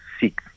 seek